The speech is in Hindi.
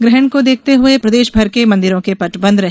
ग्रहण को देखते हुए प्रदेशभर के मंदिरों के पट बंद रहे